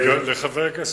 אני בטוחה שהבנת.